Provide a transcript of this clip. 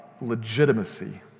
legitimacy